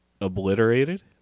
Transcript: obliterated